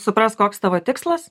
suprast koks tavo tikslas